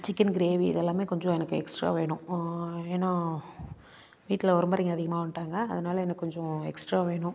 chicken gravy இதெல்லாமே கொஞ்சம் எனக்கு எக்ஸ்ட்ரா வேணும் ஏன்னா வீட்டில் உரம்பரைங்க அதிகமாக வந்துட்டாங்க அதனால் எனக்கு கொஞ்சம் எக்ஸ்ட்ரா வேணும்